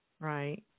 right